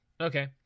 Okay